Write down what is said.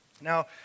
Now